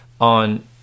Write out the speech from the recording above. on